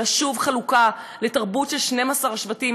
אלא שוב חלוקה לתרבות של 12 השבטים.